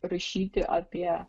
rašyti apie